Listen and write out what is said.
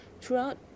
Throughout